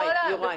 יוראי.